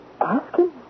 asking